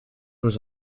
was